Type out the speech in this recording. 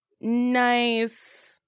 nice